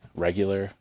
regular